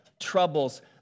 troubles